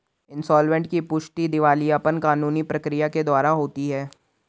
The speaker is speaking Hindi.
इंसॉल्वेंट की पुष्टि दिवालियापन कानूनी प्रक्रिया के द्वारा होती है